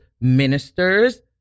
ministers